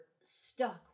stuck